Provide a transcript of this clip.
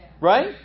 Right